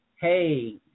hey